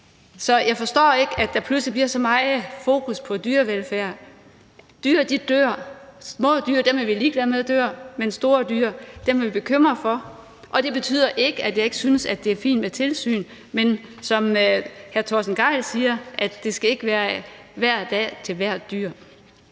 Så jeg forstår ikke, at der pludselig bliver så meget fokus på dyrevelfærd. Dyr dør, små dyr er vi ligeglade med dør, men store dyr er vi bekymrede for, og det betyder ikke, at jeg ikke synes, at det er fint med et tilsyn, men som hr. Torsten Gejl siger, skal det ikke være hver dag til hvert dyr.